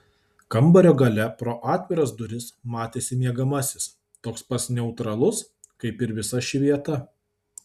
kambario gale pro atviras duris matėsi miegamasis toks pat neutralus kaip ir visa ši vieta